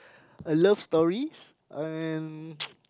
a love stories and